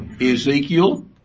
Ezekiel